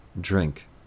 Drink